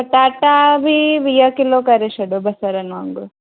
पटाटा बि वीहु किलो करे छॾो ॿसरनि वांगुरु